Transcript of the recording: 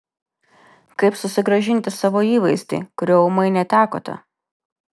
kaip susigrąžinti savo įvaizdį kurio ūmai netekote